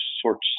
sorts